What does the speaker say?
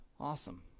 awesome